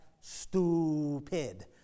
stupid